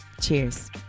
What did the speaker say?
Cheers